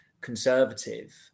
conservative